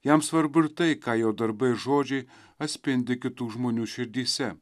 jam svarbu ir tai ką jo darbai ir žodžiai atspindi kitų žmonių širdyse